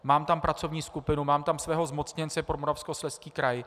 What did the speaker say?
Mám tam pracovní skupinu, mám tam svého zmocněnce pro Moravskoslezský kraj.